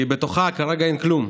כי בתוכה כרגע אין כלום,